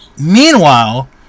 Meanwhile